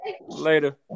Later